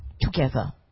Together